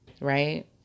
Right